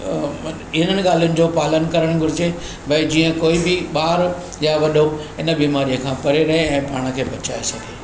इन्हनि ॻाल्हियुनि जो पालनि करणु घुरिजे भई जीअं कोई बि ॿारु या वॾो हिन बीमारीअ खां परे रही ऐं पाण खे बचाए सघे